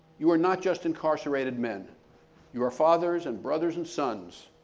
you are not just incarcerated men you are fathers and brothers and sons.